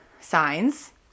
signs